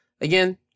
again